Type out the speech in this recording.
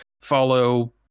follow